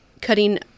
cutting